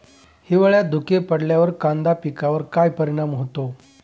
हिवाळ्यात धुके पडल्यावर कांदा पिकावर काय परिणाम होतो?